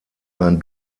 ein